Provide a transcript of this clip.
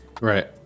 Right